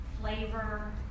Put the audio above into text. flavor